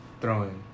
throwing